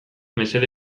mesede